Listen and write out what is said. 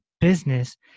business